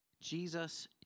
Jesus